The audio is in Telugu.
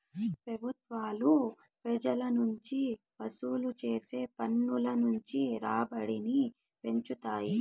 పెబుత్వాలు పెజల నుంచి వసూలు చేసే పన్నుల నుంచి రాబడిని పెంచుతాయి